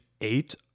eight